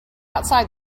outside